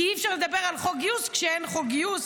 כי אי-אפשר לדבר על חוק גיוס כשאין חוק גיוס.